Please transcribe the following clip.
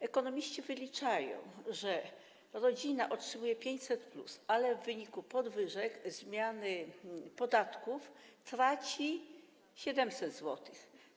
Ekonomiści wyliczają, że rodzina otrzymuje 500+, ale w wyniku podwyżek, zmiany podatków traci 700 zł.